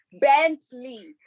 Bentley